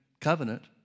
covenant